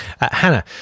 Hannah